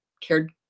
cared